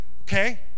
okay